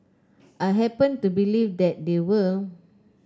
I happen to believe that they will